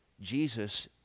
Jesus